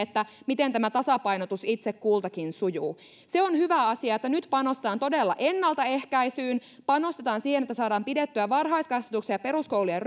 miten tämä tasapainotus itse kultakin sujuu se on hyvä asia että nyt panostetaan todella ennaltaehkäisyyn panostetaan siihen että saadaan pidettyä varhaiskasvatuksen ja peruskoulujen